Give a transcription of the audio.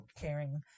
caring